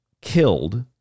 killed